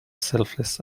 selfless